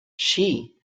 she